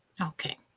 Okay